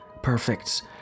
Perfect